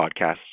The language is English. podcasts